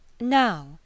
Now